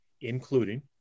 including